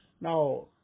now